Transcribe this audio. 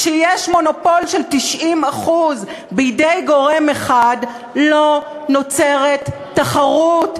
כשיש מונופול של 90% בידי גורם אחד לא נוצרת תחרות,